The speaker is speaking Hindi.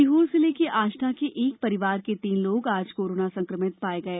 सीहोर जिले के आष्टा के एक परिवार के तीन लोग आज कोरोना संक्रमित पाए गए